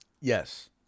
Yes